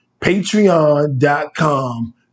patreon.com